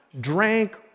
drank